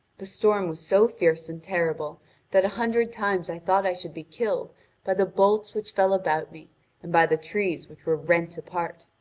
the storm was so fierce and terrible that a hundred times i thought i should be killed by the bolts which fell about me and by the trees which were rent apart.